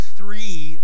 three